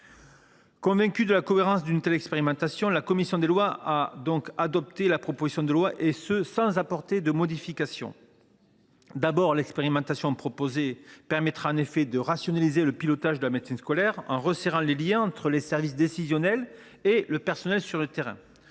Convaincue de la cohérence d’une telle expérimentation, la commission des lois a adopté la proposition de loi sans modification. Tout d’abord, l’expérimentation proposée permettra de rationaliser le pilotage de la médecine scolaire, en resserrant le lien entre les services décisionnels et les personnels sur le terrain,